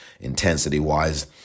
intensity-wise